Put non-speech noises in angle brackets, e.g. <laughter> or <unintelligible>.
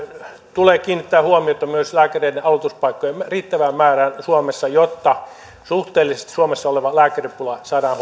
tulee kiinnittää huomiota myös lääkäreiden aloituspaikkojen riittävään määrään suomessa jotta suhteellisesti suomessa oleva lääkäripula saadaan <unintelligible>